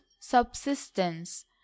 subsistence